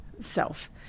self